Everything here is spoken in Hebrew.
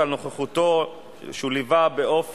על כל מנפיק שיעמוד בתנאים המפורטים בה.